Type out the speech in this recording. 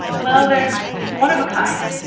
well, there's it's one of a kind.